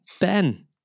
ben